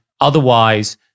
otherwise